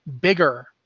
bigger